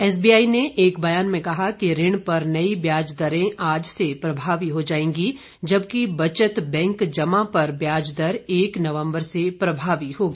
SBI ने एक बयान में कहा कि ऋण पर नई ब्याज दरें आज से प्रभावी हो जाएंगी जबकि बचत बैंक जमा पर ब्याज दर एक नवम्बर से प्रभावी होगी